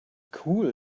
cool